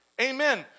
Amen